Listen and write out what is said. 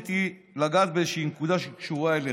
רציתי לגעת באיזושהי נקודה שהיא קשורה אליך.